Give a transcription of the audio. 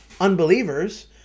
unbelievers